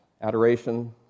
adoration